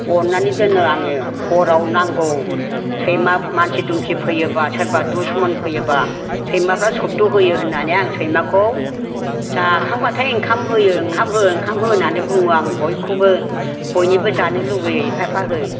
अननानै दोनो आङो हराव नांगौ सैमा मानसि दुमसि फैयोबा सोरबा दुसमन फैयोबा सैमाफ्रा सब्द' होयो होननानै आं सैमाखौ जाखांबाथाय ओंखाम होयो ओंखाम हो ओंखाम हो होनानै बुङो आं बयखौबो बयनिबो जानो लुबैयो एफा एफा हो